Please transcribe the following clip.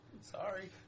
Sorry